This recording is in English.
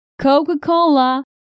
Coca-Cola